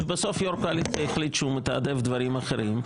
ובסוף יו"ר הקואליציה החליט שהוא מתעדף דברים אחרים.